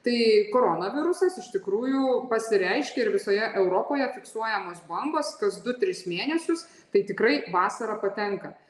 tai koronavirusas iš tikrųjų pasireiškia ir visoje europoje fiksuojamos bangos kas du tris mėnesius tai tikrai vasarą patenka